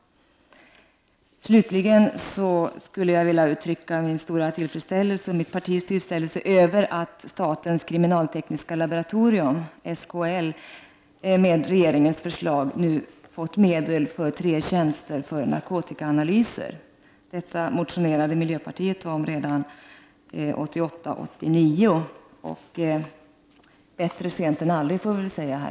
Slutligen skulle jag vilja uttrycka mitt partis och min stora tillfredsställelse över att statens kriminaltekniska laboratorium, SKL, i och med regeringens förslag nu har fått medel för tre tjänster för narkotikaanalyser. Detta motionerade miljöpartiet om redan 1988/89. Bättre sent än aldrig, får man väl säga här.